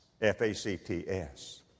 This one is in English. F-A-C-T-S